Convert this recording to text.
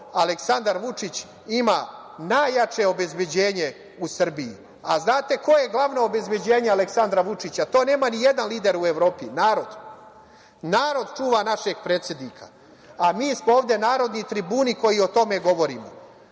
Aleksandar Vučić ima najjače obezbeđenje u Srbiji. Znate ko je glavno obezbeđenje Aleksandra Vučića. To nema nijedan lider u Evropi. To je narod. Narod čuva našeg predsednika, a mi smo ovde narodni tribuni koji o tome govorimo.